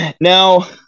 now